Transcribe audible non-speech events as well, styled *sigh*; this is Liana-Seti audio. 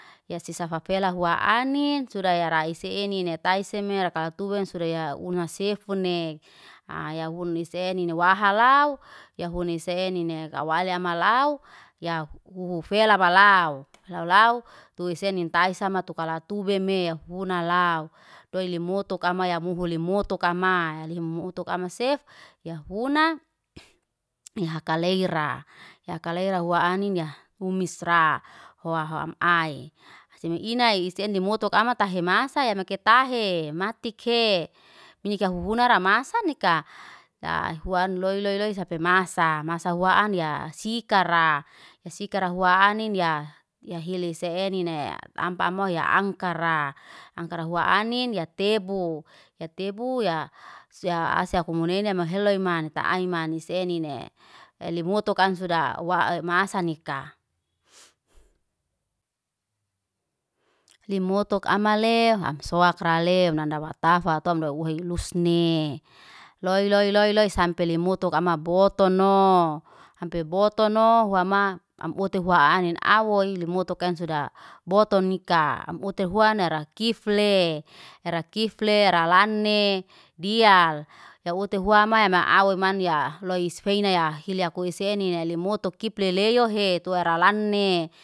Ya sisa fafela hua anin, suda yara isenin ni taise me rakatuba suda ya una sefune. Ayahune senine wahalau, yahun esenine wahalau, ya huni senine kawalya malau, ya hufela malau. *noise* lalau tu esenin taisa matuka tubeme ya funalau. Doi lemotuka amu ya muhu lemutuka ma lihumutuka masef, ya funa *noise* ya hakaleira. Ya hakaleira hua ani, ya humis ra. Hoa ham ai. Aseme inai isen limutok ama tahe masaa ya meke tahee, matike minyakya huhunara masaa nika. Ya huwan loy loy loy sampe masa. Masaa huwa an ya sikaraa. Ya sikara huwa anin ya ya hile isenine, tampa moh ya angkara. Angkara huwa anin ya tebu. Ya tebu ya ase akumunin ya ama heloy man taiman isenine, elimotukan suda wa masaa nika. *noise* *hesitation* limutoka amale ham sowakra lem nanda watafa tom do uhay ulus ne, loy loy loy loy sampe lemutuka ama botono. Sampe botono hua ma am hutu ua anin. Awoy lemotokan suda boto nika. Amute huwenera kifle, hera kifle hera lani diyalya ute huwama ya maawenan ya loy isfeina ya hili akuseninane limatoku kifle loy he tuhera lanee.